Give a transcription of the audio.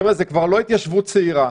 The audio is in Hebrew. חבר'ה, זו כבר לא התיישבות צעירה.